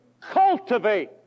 Cultivate